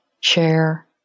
share